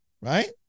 right